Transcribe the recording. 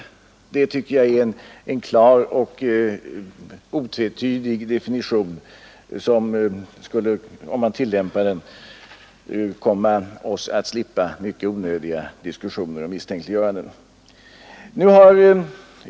Om vi tillämpade denna klara och otvetydiga definition, skulle vi slippa många onödiga diskussioner och misstänkliggöranden.